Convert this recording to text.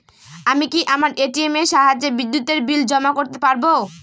আমি কি আমার এ.টি.এম এর সাহায্যে বিদ্যুতের বিল জমা করতে পারব?